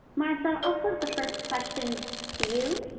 martha, i'll put the first question to you.